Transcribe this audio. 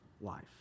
life